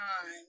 time